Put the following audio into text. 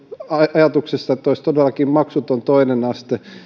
ajatuksesta että olisi todellakin maksuton toinen aste